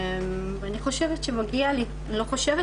אני חושבת שמגיע לי; אני לא חושבת,